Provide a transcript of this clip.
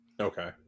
Okay